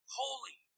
holy